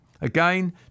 Again